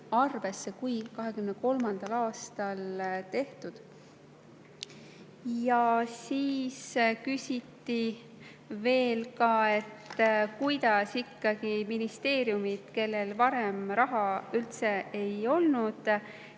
arvesse kui 2023. aastal tehtu. Siis küsiti veel, kuidas ikkagi ministeeriumid, kellel varem raha üldse ei olnud,